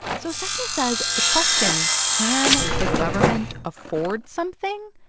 so stephanie says the question can the government afford something?